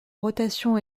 rotation